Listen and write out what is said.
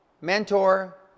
mentor